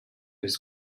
his